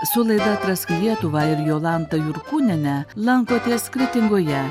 su laida atrask lietuvą ir jolanta jurkūniene lankotės kretingoje